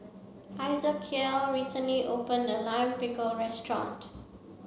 Ezekiel recently opened a Lime Pickle restaurant